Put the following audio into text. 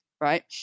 right